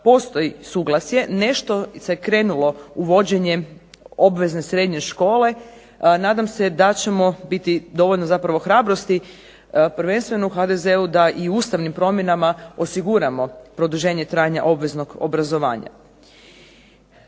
postoji suglasje, nešto se krenulo uvođenjem obvezne srednje škole. Nadam se da ćemo biti dovoljno zapravo hrabrosti, prvenstveno u HDZ-u da i ustavnim promjenama osiguramo produženje trajanja obveznog obrazovanja.